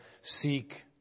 seek